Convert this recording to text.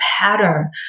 pattern